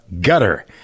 gutter